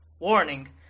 Warning